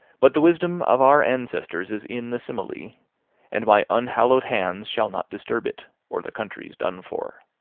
but the wisdom of our ancestors is in the simile and my unhallowed hands shall not disturb it, or the country's done for.